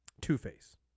Two-Face